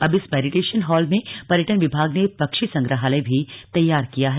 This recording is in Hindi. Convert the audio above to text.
अब इस मेडिटेशन हॉल में पर्यटन विभाग ने पक्षी संग्रहालय भी तैयार किया है